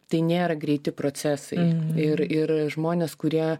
tai nėra greiti procesai ir ir žmonės kurie